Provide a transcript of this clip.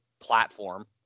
platform